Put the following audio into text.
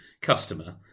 customer